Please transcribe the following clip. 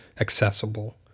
accessible